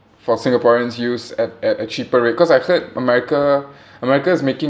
for singaporeans' use at at a cheaper rate cause I heard america america is making